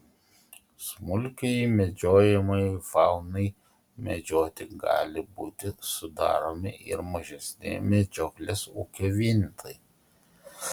smulkiajai medžiojamajai faunai medžioti gali būti sudaromi ir mažesni medžioklės ūkio vienetai